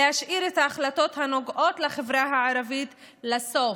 להשאיר את ההחלטות הנוגעות לחברה הערבית לסוף,